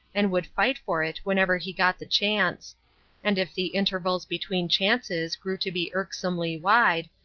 and would fight for it whenever he got the chance and if the intervals between chances grew to be irksomely wide,